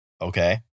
Okay